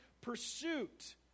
pursuit